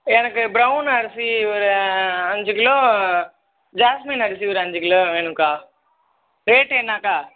எனக்கு பிரவுன் அரிசி ஒரு அஞ்சு கிலோ ஜாஸ்மின் அரிசி ஒரு அஞ்சு கிலோ வேணும்க்கா ரேட்டு என்னக்கா